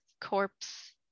corpse